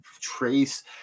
trace